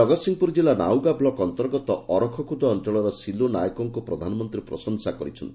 ଜଗତ୍ସିଂହପୁର କିଲ୍ଲା ନାଉଗାଁ ବ୍ଲକ୍ ଅନ୍ତର୍ଗତ ଅରଖକୁଦ ଅଅଳର ସିଲୁ ନାୟକଙ୍କୁ ପ୍ରଧାନମନ୍ତୀ ପ୍ରଶଂସା କରିଛନ୍ତି